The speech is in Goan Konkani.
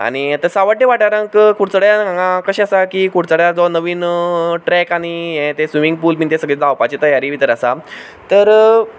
आनी सांवड्डे वाठारांत कुडचड्यां हांगा कशें आसा की कुडचड्यार जो नवीन ट्रॅक आनी हें तें स्विमिंग पूल बीन हें तें सगळें जावपाचें तयारी भितर आसा तर